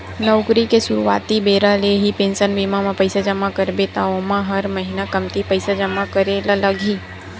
नउकरी के सुरवाती बेरा ले ही पेंसन बीमा म पइसा जमा करबे त ओमा हर महिना कमती पइसा जमा करे ल लगही